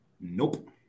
Nope